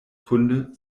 kunde